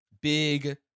big